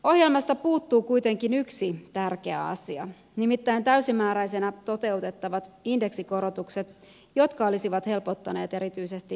ohjelmasta puuttuu kuitenkin yksi tärkeä asia nimittäin täysimääräisenä toteutettavat indeksikorotukset jotka olisivat helpottaneet erityisesti eläkeläisiä